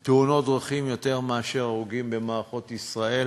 יותר בתאונות דרכים מאשר במערכות ישראל,